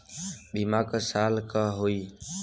बीमा क साल क होई?